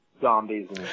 zombies